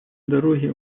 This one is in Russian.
дороги